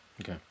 Okay